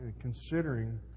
considering